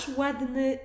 ładny